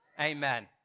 Amen